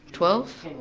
twelve,